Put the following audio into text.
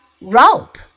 rope